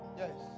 yes